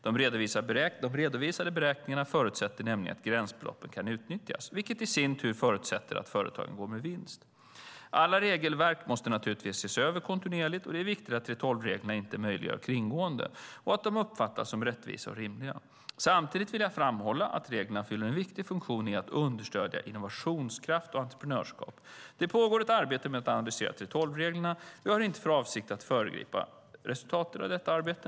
De redovisade beräkningarna förutsätter nämligen att gränsbeloppen kan utnyttjas, vilket i sin tur förutsätter att företaget går med vinst. Alla regelverk måste naturligtvis ses över kontinuerligt. Det är viktigt att 3:12-reglerna inte möjliggör kringgåenden och att de uppfattas som rättvisa och rimliga. Samtidigt vill jag framhålla att reglerna fyller en viktig funktion i att understödja innovationskraft och entreprenörskap. Det pågår ett arbete med att analysera 3:12-reglerna, och jag har inte för avsikt att föregripa resultatet av detta arbete.